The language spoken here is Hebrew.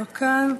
לא כאן.